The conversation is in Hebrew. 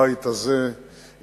הבית הזה,